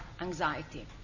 anxiety